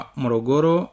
morogoro